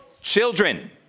children